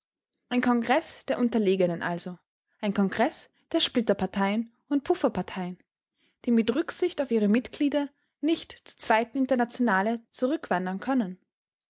ein kongreß der unterlegenen also ein kongreß der splitterparteien und pufferparteien die mit rücksicht auf ihre mitglieder nicht zur zweiten internationale zurückwandern können